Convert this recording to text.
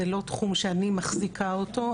זה לא תחום שאני מחזיקה אותו,